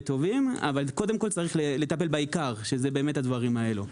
אבל קודם כל צריך לטפל בעיקר שזה הדברים הללו.